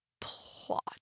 plot